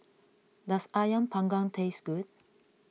does Ayam Panggang taste good